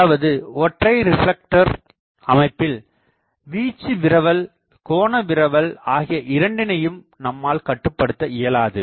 அதாவது ஒற்றை ரிப்லக்டர் அமைப்பில் வீச்சு விரவல் கோண விரவல் ஆகிய இரண்டினையும் நம்மால் கட்டுபடுத்த இயலாது